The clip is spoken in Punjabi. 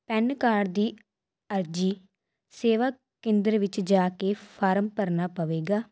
ਪੈਨ ਕਾਰਡ ਦੀ ਅਰਜ਼ੀ ਸੇਵਾ ਕੇਂਦਰ ਵਿੱਚ ਜਾ ਕੇ ਫਾਰਮ ਭਰਨਾ ਪਵੇਗਾ